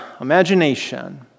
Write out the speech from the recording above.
imagination